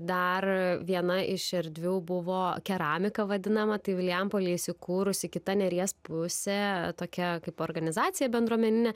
dar viena iš erdvių buvo keramika vadinama tai vilijampolėj įsikūrusi kita neries pusė tokia kaip organizacija bendruomeninė